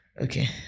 okay